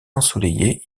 ensoleillé